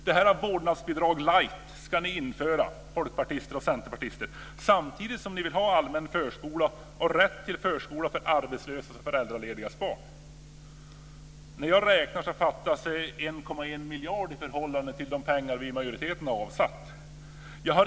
Detta "vårdnadsbidrag light" ska ni folkpartister och centerpartister införa; detta samtidigt som ni vill ha allmän förskola och rätt till förskola för arbetslösas och föräldraledigas barn. När jag räknar fattas det 1,1 miljarder i förhållande till de pengar som vi i majoriteten har avsatt.